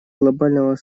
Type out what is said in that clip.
глобального